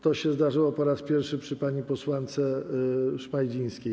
To się zdarzyło po raz pierwszy przy pani posłance Szmajdzińskiej.